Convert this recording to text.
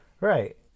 right